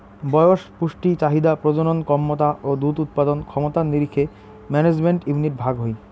বয়স, পুষ্টি চাহিদা, প্রজনন ক্যমতা ও দুধ উৎপাদন ক্ষমতার নিরীখে ম্যানেজমেন্ট ইউনিট ভাগ হই